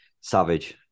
Savage